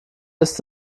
ist